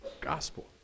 Gospel